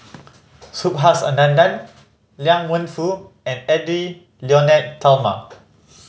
Subhas Anandan Liang Wenfu and Edwy Lyonet Talma